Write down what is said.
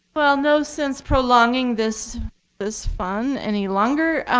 well, no sense prolonging this this fun any longer.